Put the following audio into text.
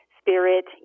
spirit